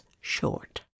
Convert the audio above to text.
short